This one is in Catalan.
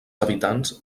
habitants